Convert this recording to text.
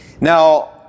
Now